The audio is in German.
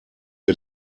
wir